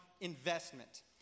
Investment